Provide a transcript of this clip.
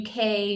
UK